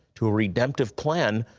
to a redemptive plan,